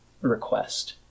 request